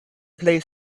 plej